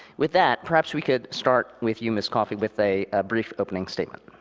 with that, perhaps we could start with you, ms. coffey, with a brief opening statement.